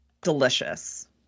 delicious